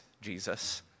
Jesus